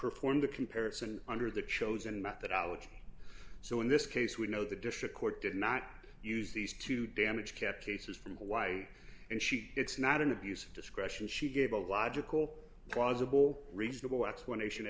perform the comparison under the chosen methodology so in this case we know the district court did not use these to damage kept cases from hawaii and she it's not an abuse of discretion she gave a logical was a bow reasonable explanation